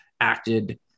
acted